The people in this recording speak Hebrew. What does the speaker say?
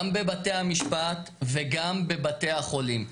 גם בבתי המשפט וגם בבתי החולים.